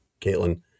Caitlin